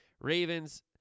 Ravens